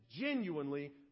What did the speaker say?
genuinely